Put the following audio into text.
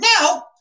Now